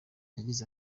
yagize